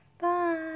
Bye